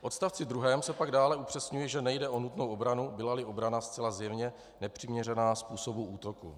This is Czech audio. V odstavci druhém se pak dále upřesňuje, že nejde o nutnou obranu, bylali obrana zcela zjevně nepřiměřená způsobu útoku.